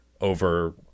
over